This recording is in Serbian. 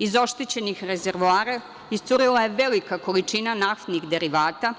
Iz oštećenih rezervoara iscurela je velika količina naftnih derivata,